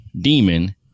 demon